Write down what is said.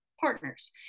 partners